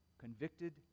convicted